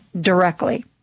directly